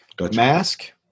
Mask